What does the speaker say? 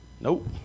Nope